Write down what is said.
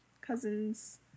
Cousins